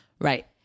Right